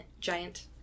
Giant